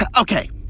Okay